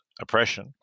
oppression